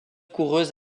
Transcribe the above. coureuses